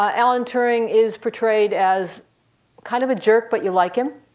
ah alan turing is portrayed as kind of a jerk, but you like him.